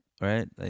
right